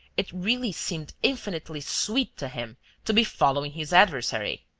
it really seemed infinitely sweet to him to be following his adversary.